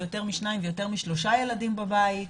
יותר משניים ויותר משלושה ילדים בבית.